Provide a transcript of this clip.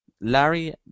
Larry